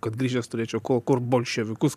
kad grįžęs turėčiau ko kur bolševikus